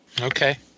Okay